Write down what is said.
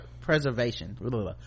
preservation